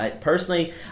personally